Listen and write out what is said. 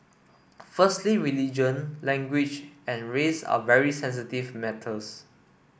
firstly religion language and race are very sensitive matters